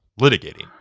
litigating